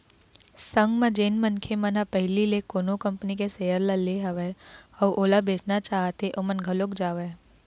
संग म जेन मनखे मन ह पहिली ले कोनो कंपनी के सेयर ल ले हवय अउ ओला बेचना चाहत हें ओमन घलोक जावँय